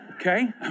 Okay